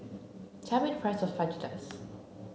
tell me the price of Fajitas